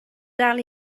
dal